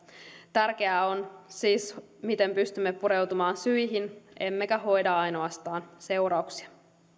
tärkeää on siis miten pystymme pureutumaan syihin emmekä hoida ainoastaan seurauksia